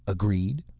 agreed?